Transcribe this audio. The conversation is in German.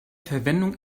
verwendung